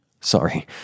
Sorry